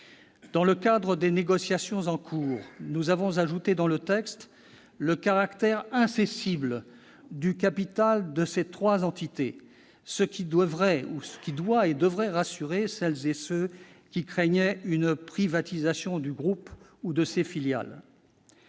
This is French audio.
dans le cadre des négociations en cours, nous avons introduit dans le présent texte le caractère incessible du capital de ces trois entités. Cette disposition devrait rassurer celles et ceux qui craignaient une privatisation du groupe ou de ses filiales.